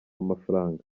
amafaranga